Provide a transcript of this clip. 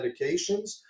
medications